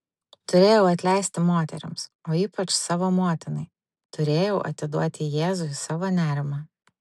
turėjau atleisti moterims o ypač savo motinai turėjau atiduoti jėzui savo nerimą